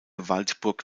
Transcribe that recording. waldburg